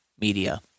media